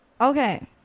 okay